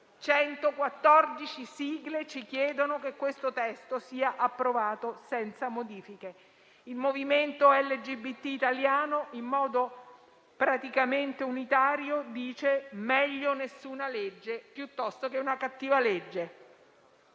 114 sigle ci chiedono che questo testo sia approvato senza modifiche. Il movimento LGBT italiano, in modo praticamente unitario, dice: «Meglio nessuna legge che una cattiva legge».